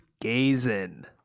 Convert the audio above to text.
gazing